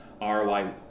ROI